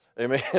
amen